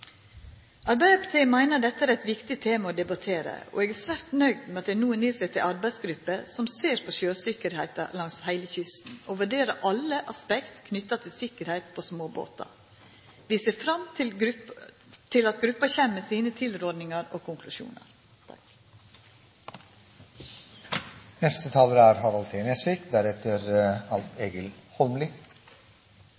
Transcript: Arbeidarpartiet meiner dette er eit viktig tema å debattera, og eg er svært nøgd med at det no er sett ned ei arbeidsgruppe som ser på sjøsikkerheita langs heile kysten, og som vurderer alle aspekt knytte til sikkerheit på småbåtar. Vi ser fram til at gruppa kjem med sine tilrådingar og konklusjonar.